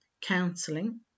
counselling